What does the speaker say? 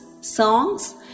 songs